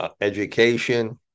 education